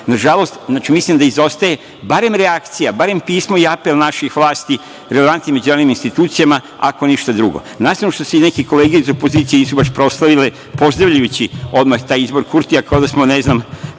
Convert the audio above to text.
Nažalost, mislim da izostaje barem reakcija, barem pismo i apel naših vlasti relevantnim međunarodnim institucijama, ako ništa drugo, na stranu što se neke vreme i opozicije nisu baš proslavile pozdravljajući odmah taj izbor Kurtija kao da smo ne znam